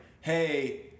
hey